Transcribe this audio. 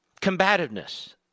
Combativeness